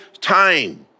time